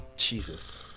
jesus